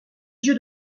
dieu